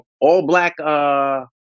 all-black